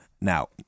Now